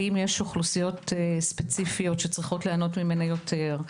האם יש אוכלוסיות ספציפיות שצריכות ליהנות ממנה יותר,